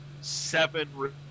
seven